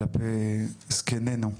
כלפי זקנינו,